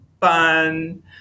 fun